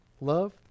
Love